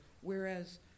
Whereas